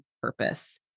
purpose